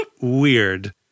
weird